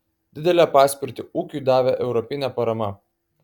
didelę paspirtį ūkiui davė europinė parama